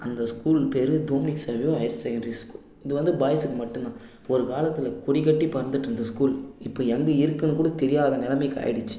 அந்த ஸ்கூல் பேர் Dominic Xavier higher secondary school இது வந்து பாய்ஸுக்கு மட்டுந்தான் ஒரு காலத்தில் கொடிக்கட்டி பறந்துட்டுருந்த ஸ்கூல் இப்போ எங்கே இருக்குதுன்னு கூட தெரியாத நிலைமைக்கு ஆகிடுச்சி